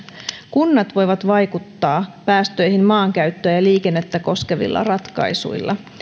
kunnat voivat vaikuttaa päästöihin maankäyttöä ja liikennettä koskevilla ratkaisuilla